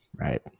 Right